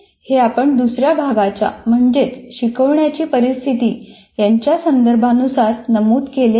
हे आपण दुसऱ्या भागाच्या म्हणजेच शिकवण्याची परिस्थिती याच्या संदर्भानुसार नमूद केले आहे